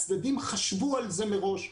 הצדדים חשבו על זה מראש.